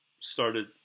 started